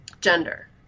gender